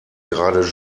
gerade